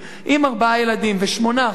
עם ארבעה ילדים ושמונה אחים,